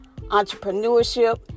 entrepreneurship